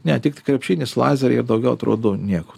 ne tiktai krepšinis lazeriai ir daugiau atrodo nieko